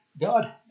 God